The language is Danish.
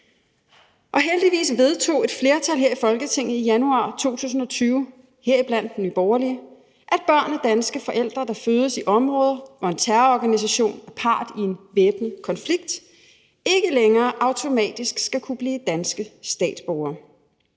Heldigvis vedtog et flertal her i Folketinget i januar 2020 – heriblandt Nye Borgerlige – at børn af danske forældre, der fødes i områder, hvor en terrororganisation er part i en væbnet konflikt, ikke længere automatisk skal kunne blive danske statsborgere.